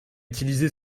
utilisé